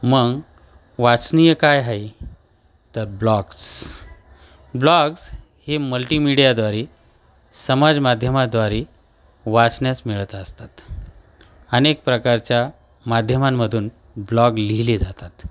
मग वाचनीय काय आहे तर ब्लॉग्स ब्लॉग्स हे मल्टीमीडियाद्वारे समाज माध्यमाद्वारे वाचण्यास मिळत असतात अनेक प्रकारच्या माध्यमांमधून ब्लॉग लिहिले जातात